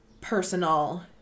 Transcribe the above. personal